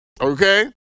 Okay